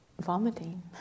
vomiting